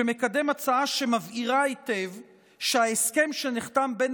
שמקדם הצעה שמבהירה היטב שההסכם שנחתם בין